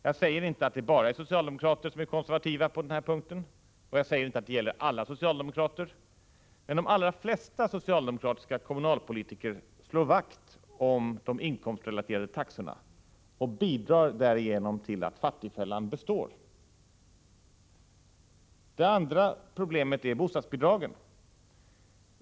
Jag säger inte att det bara är socialdemokrater som är konservativa och jag säger inte att det gäller alla socialdemokrater, men de allra flesta socialdemokratiska kommunalpolitiker slår vakt om de inkomstrelaterade taxorna och bidrar därigenom till att fattigfällan består. Det andra problemet är bostadsbidragen.